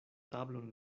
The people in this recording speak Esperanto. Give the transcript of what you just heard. tablon